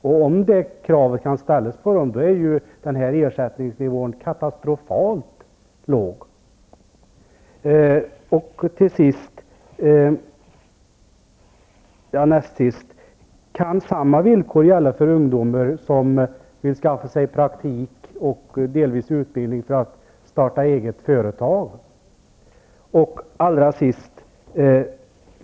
Om det kravet kan ställas på dem är ersättningsnivån katastrofalt låg. Kan samma villkor gälla för ungdomar som vill skaffa sig praktik och delvis utbildning för att starta eget företag?